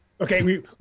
Okay